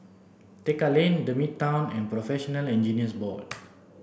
Tekka Lane the Midtown and Professional Engineers Board